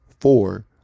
four